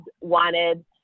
wanted